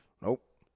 Nope